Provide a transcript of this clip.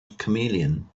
chameleon